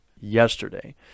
yesterday